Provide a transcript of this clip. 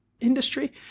industry